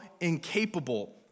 incapable